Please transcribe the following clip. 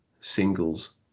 singles